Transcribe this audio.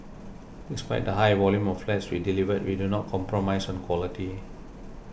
despite the high volume of flats we delivered we do not compromise on quality